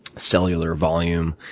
cellular volume,